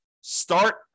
Start